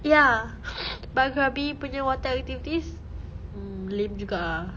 ya but krabi punya water activities mm lame juga ah